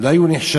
לא היו נחשבים,